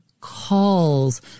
calls